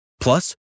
plus